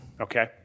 Okay